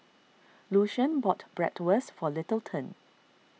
Lucian bought Bratwurst for Littleton